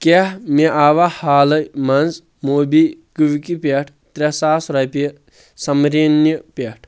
کیاہ مےٚ آوا حالٕے منٛز موبہِ کُوٕکہِ پیٹھ ترٛےٚ ساس رۄپیہِ سَمریٖنہِ پیٹھ